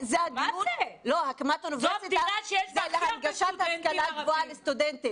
הקמת האוניברסיטה זה להנגשת ההשכלה הגבוהה לסטודנטים.